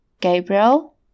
Gabriel